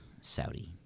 Saudi